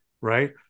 Right